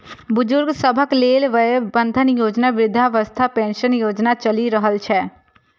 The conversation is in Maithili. बुजुर्ग सभक लेल वय बंधन योजना, वृद्धावस्था पेंशन योजना चलि रहल छै